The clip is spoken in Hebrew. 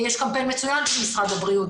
יש קמפיין מצוין של משרד הבריאות.